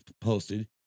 posted